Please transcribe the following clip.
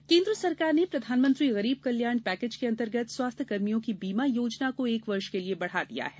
स्वास्थ्य गरीब कल्याण केंद्र सरकार ने प्रधानमंत्री गरीब कल्याण पैकेज के अंतर्गत स्वास्थ्य कर्मियों की बीमा योजना को एक वर्ष के लिए बढ़ा दिया है